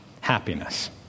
happiness